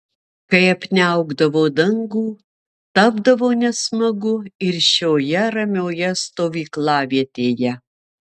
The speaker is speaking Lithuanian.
kai apniaukdavo dangų tapdavo nesmagu ir šioje ramioje stovyklavietėje